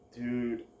dude